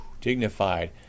Dignified